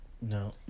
no